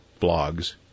blogs